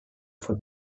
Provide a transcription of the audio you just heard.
for